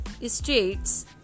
states